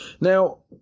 now